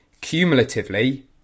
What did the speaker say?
cumulatively